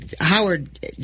Howard